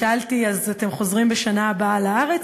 שאלתי: אז אתם חוזרים בשנה הבאה לארץ?